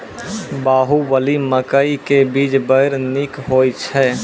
बाहुबली मकई के बीज बैर निक होई छै